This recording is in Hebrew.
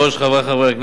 חברי חברי הכנסת,